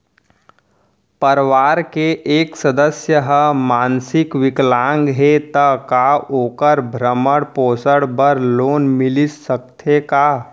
परवार के एक सदस्य हा मानसिक विकलांग हे त का वोकर भरण पोषण बर लोन मिलिस सकथे का?